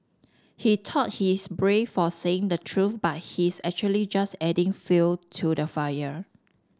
he thought he is brave for saying the truth but he is actually just adding fuel to the fire